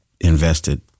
invested